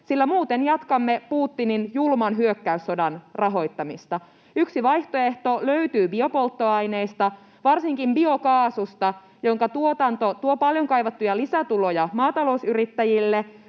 sillä muuten jatkamme Putinin julman hyökkäyssodan rahoittamista. Yksi vaihtoehto löytyy biopolttoaineista, varsinkin biokaasusta, jonka tuotanto tuo paljon kaivattuja lisätuloja maatalousyrittäjille.